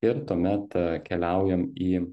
ir tuomet keliaujam į